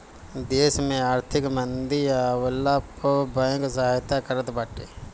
देस में आर्थिक मंदी आवला पअ बैंक सहायता करत बाटे